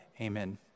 Amen